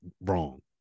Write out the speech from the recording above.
wrong